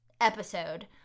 episode